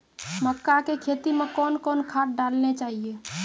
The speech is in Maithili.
मक्का के खेती मे कौन कौन खाद डालने चाहिए?